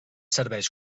serveis